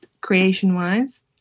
creation-wise